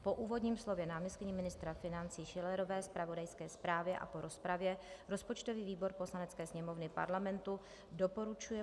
Po úvodním slově náměstkyně ministra financí Schillerové, zpravodajské zprávě a po rozpravě rozpočtový výbor Poslanecké sněmovny Parlamentu doporučuje